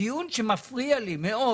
הדיון שמפריע לי מאוד